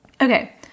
Okay